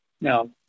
Now